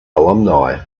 alumni